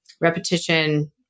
repetition